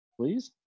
Please